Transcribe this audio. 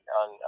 on